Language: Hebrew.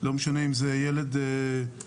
לא משנה אם זה ילד ששוחה,